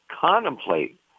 contemplate